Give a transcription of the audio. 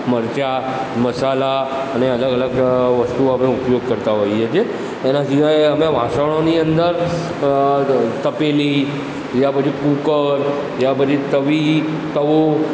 મરચાં મસાલા અને અલગ અલગ વસ્તુઓનો ઉપયોગ કરતા હોઇએ છે એના સિવાય અમે વાસણોની અંદર અ તપેલી યા પછી કૂકર યા પછી તવી તવો